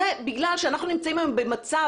זה בגלל שאנחנו לא נמצאים היום במצב